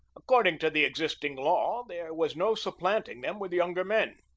according to the existing law there was no supplanting them with younger men.